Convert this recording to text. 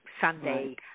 Sunday